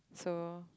so